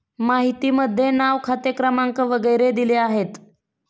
माहितीमध्ये नाव खाते क्रमांक वगैरे दिले आहेत